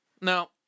Now